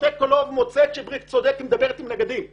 צודק ומוצאת שבריק צודק כי היא מדברת עם נגדים.